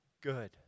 good